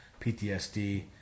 PTSD